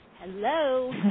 hello